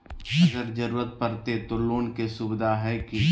अगर जरूरत परते तो लोन के सुविधा है की?